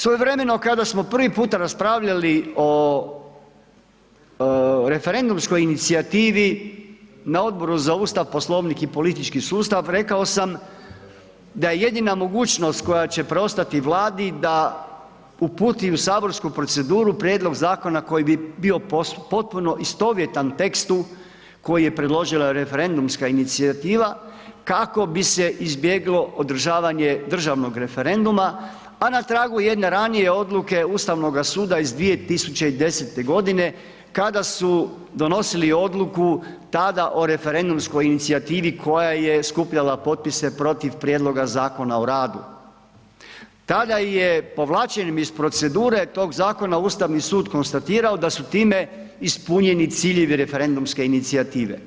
Svojevremeno kada smo prvi puta raspravljali o referendumskoj inicijativi na Odboru za Ustav, Poslovnik i politički sustav, rekao sam da je jedina mogućnost koja će preostati Vladi da uputi u saborsku proceduru prijedlog zakona koji bi bio potpuno istovjetan tekstu koji je predložila referendumska inicijativa kako bi se izbjeglo održavanje državnog referenduma, a na tragu jedne ranije odluke Ustavnoga suda iz 2010.g. kada su donosili odluku tada o referendumskoj inicijativi koja je skupljala potpise protiv prijedloga Zakona o radu, tada je povlačenjem iz procedure tog zakona, Ustavni sud konstatirao da su time ispunjeni ciljevi referendumske inicijative.